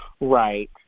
Right